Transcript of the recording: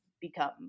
become